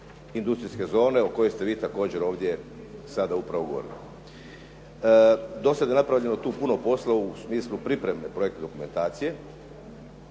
industrijske zone o kojoj ste vi također ovdje sada upravo govorili. Do sad je napravljeno tu puno posla u smislu pripreme projektne dokumentacije.